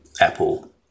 Apple